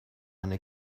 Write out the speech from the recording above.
eine